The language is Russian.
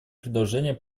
предложения